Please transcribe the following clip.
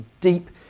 deep